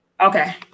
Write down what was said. Okay